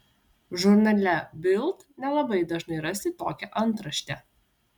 žurnale bild nelabai dažnai rasi tokią antraštę